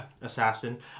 assassin